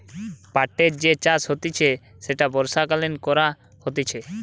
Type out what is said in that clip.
পাটের যে চাষ হতিছে সেটা বর্ষাকালীন করা হতিছে